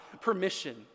permission